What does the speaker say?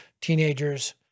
teenagers